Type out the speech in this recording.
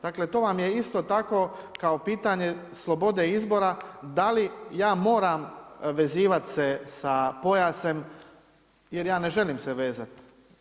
Dakle, to vam je isto tako, kao pitanje slobodne izbora, da li ja moram vezivat se s pojasom, jer ja ne želim se vezati.